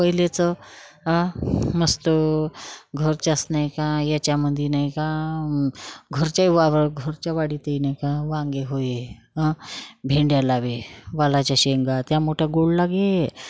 पहिलेचं मस्तं घरच्याच नाही का याच्यामध्ये नाही का घरच्या वावर घरच्या वाडी तेही नाही का वांगे होई हा भेंड्या लावे वालाच्या शेंगा त्या मोठ्या गोड लागे